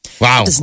Wow